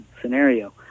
scenario